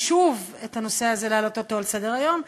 שוב את הנושא הזה ולהעלות אותו על סדר-היום.